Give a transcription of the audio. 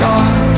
God